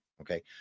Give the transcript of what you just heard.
okay